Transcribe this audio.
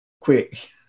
quick